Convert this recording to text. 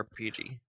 RPG